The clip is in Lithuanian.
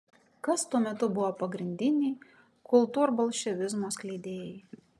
kas tuo metu buvo pagrindiniai kultūrbolševizmo skleidėjai